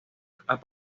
aparece